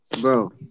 bro